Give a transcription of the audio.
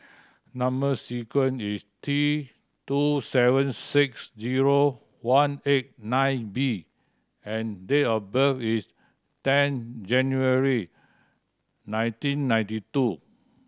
number sequence is T two seven six zero one eight nine B and date of birth is ten January nineteen ninety two